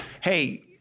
Hey